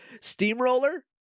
Steamroller